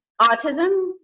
autism